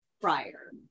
prior